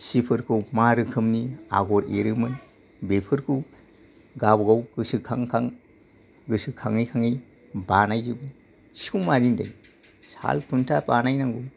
सिफोरखौ मा रोखोमनि आगर एरोमोन बेफोरखौ गावबा गाव गोसोखां खां गोसोखाङै खाङै बानायजोबो सिखौ माजों बानायो दे साल खुन्था बानायनांगौ